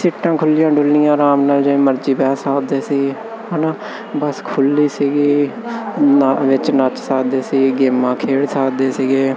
ਸੀਟਾਂ ਖੁੱਲ੍ਹੀਆਂ ਡੁੱਲ੍ਹੀਆਂ ਆਰਾਮ ਨਾਲ ਜਿਵੇਂ ਮਰਜ਼ ਬਹਿ ਸਕਦੇ ਸੀ ਹੈ ਨਾ ਬਸ ਖੁੱਲ੍ਹੀ ਸੀਗੀ ਵਿੱਚ ਨੱਚ ਸਕਦੇ ਸੀ ਗੇਮਾਂ ਖੇਡ ਸਕਦੇ ਸੀਗੇ